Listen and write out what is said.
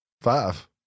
five